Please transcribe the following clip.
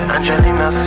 Angelina